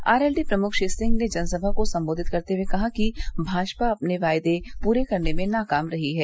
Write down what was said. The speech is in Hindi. आरएलडी प्रमुख श्री सिंह ने जनसभा को संबोधित करते हए कहा कि भाजपा अपने वायदे पूरे करने में नाकाम रही है